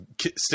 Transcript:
stick